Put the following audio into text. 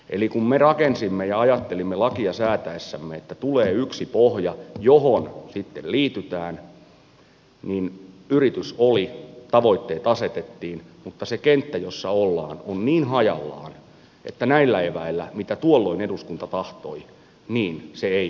eli kun me rakensimme ja ajattelimme lakia säätäessämme että tulee yksi pohja johon sitten liitytään niin yritys oli tavoitteet asetettiin mutta se kenttä jossa ollaan on niin hajallaan että näillä eväillä se mitä tuolloin eduskunta tahtoi ei ole onnistunut